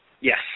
Yes